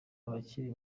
abakiri